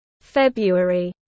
February